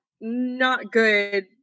not-good